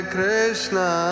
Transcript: Krishna